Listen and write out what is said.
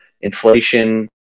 inflation